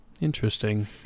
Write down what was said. Interesting